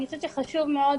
אני חושבת שחשוב מאוד